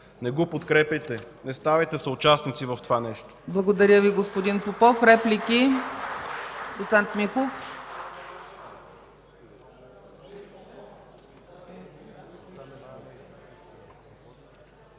Не го подкрепяйте. Не ставайте съучастници в това нещо.